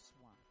One